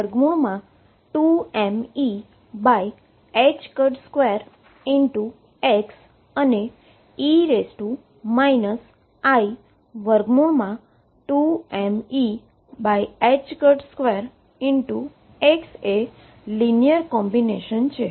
cos x એ ei2mE2x અને e i2mE2x એ એક લીનીઅર કોમ્બીનેશન છે